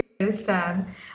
understand